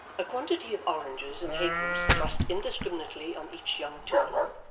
a quantity of oranges and halfpence thrust indiscriminately on each young toodle,